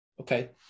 Okay